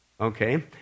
okay